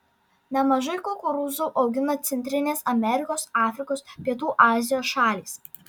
nemažai kukurūzų augina centrinės amerikos afrikos pietų azijos šalys